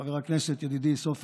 חבר הכנסת ידידי סופר,